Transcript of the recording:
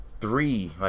three